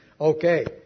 Okay